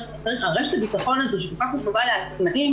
רשת הביטחון הזו שכל כך חשובה לעצמאים